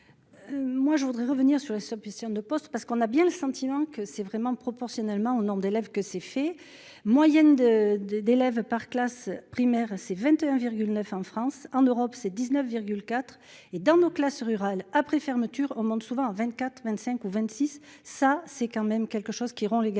Moi je voudrais revenir sur les sommes puissions de postes parce qu'on a bien le sentiment que c'est vraiment proportionnellement au nombre d'élèves que ces faits moyenne de de d'élèves par classe primaire ses 21,9 en France, en Europe, c'est 19 IV et dans nos classes rurales après fermeture au monde souvent 24 25 26. Ça c'est quand même quelque chose qui rend l'égalité